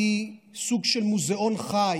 היא סוג של מוזיאון חי,